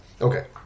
Okay